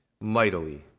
mightily